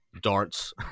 darts